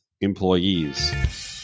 employees